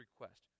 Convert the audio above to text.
request